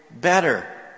better